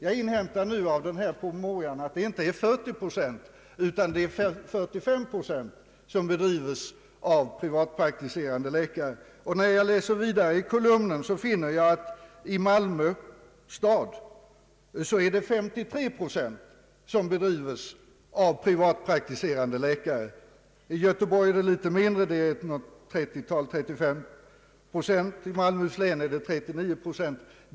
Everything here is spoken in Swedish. Jag inhämtar nu av utredningspromemorian att det inte är 40 utan 45 procent av den öppna vården som klaras av privatpraktiserande läkare. När jag läser vidare, finner jag att det i Malmö stad är 53 procent som klaras av privatpraktiserande läkare. I Göteborg är det litet mindre, 35 procent, och i Malmöhus län 39 procent.